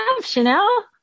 Chanel